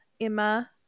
Emma